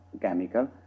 chemical